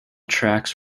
tracks